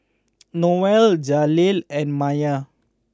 Noelle Jaleel and Myer